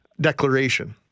declaration